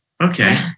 okay